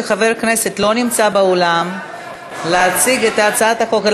חבר הכנסת ג'בארין גם הוא תומך בהצעת החוק הזאת.